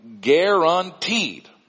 guaranteed